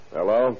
Hello